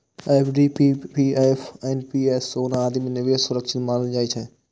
FD, PPF, NPS, सोना आदि मे निवेश सुरक्षित मानल जाइ छै